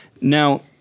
Now